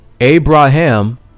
Abraham